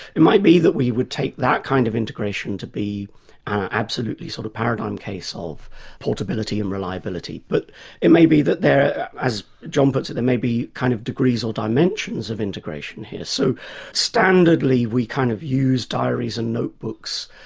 it might be that we would take that kind of integration to be an absolutely kind sort of paradigm case ah of portability and reliability. but it may be that as john puts it, there may be kind of degrees or dimensions of integration here, so standardly we kind of use diaries and notebooks,